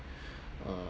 uh